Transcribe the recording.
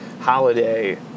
Holiday